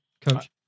coach